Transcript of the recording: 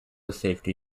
safety